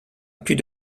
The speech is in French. plus